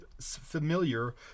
familiar